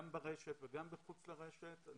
גם ברשת וגם מחוץ לרשת.